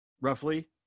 roughly